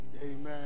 Amen